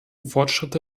fortschritte